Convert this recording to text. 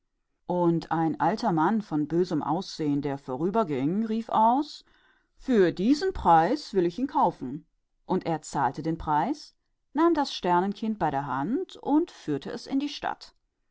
und ein alter mann mit einem bösen gesicht ging vorüber und rief aus und sagte ich will es um den preis kaufen und als er den preis gezahlt hatte nahm er das sternenkind bei der hand und führte es in die stadt